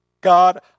God